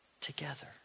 together